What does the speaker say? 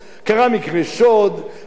קרה מקרה שאסור שיקרה,